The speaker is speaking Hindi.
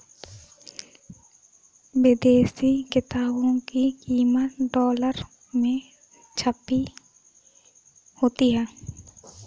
विदेशी किताबों की कीमत डॉलर में छपी होती है